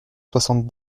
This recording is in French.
soixante